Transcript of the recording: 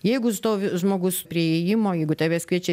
jeigu stovi žmogus prie įėjimo jeigu tave jis kviečia